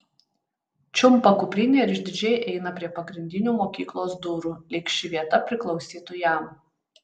čiumpa kuprinę ir išdidžiai eina prie pagrindinių mokyklos durų lyg ši vieta priklausytų jam